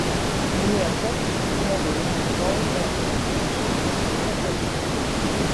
niekas neveiks kol neatrefrešinsi šito dalyko